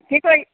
কি কৰিছ